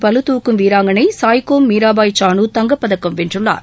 பளுதூக்கும் வீராங்கனை சாய்கோம் மீராபாய் சானு தங்கப்பதக்கம் வென்றுள்ளார்